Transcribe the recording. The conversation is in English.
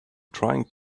trying